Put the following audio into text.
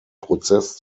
prozess